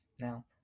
Now